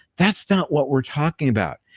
that's not what we're talking about.